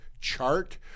chart